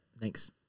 Thanks